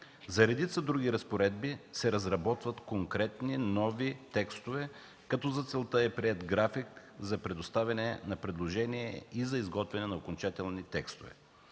За редица други разпоредби се разработват конкретни нови текстове, като за целта е приет график за предоставяне на предложения и за изготвяне на окончателни текстове.